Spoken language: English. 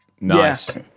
Nice